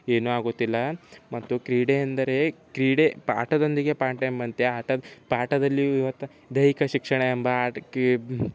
ಏನಾಗೋದಿಲ್ಲ ಮತ್ತು ಕ್ರೀಡೆಯೆಂದರೆ ಕ್ರೀಡೆ ಆಟದೊಂದಿಗೆ ಪಾಠ ಎಂಬಂತೆ ಆಟ ಪಾಠದಲ್ಲಿಯೂ ದೈಹಿಕ ಶಿಕ್ಷಣ ಎಂಬ ಆಟಕ್ಕೆ